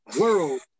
world